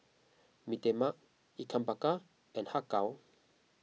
Mee Tai Mak Ikan Bakar and Har Kow